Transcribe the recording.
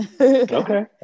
Okay